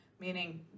meaning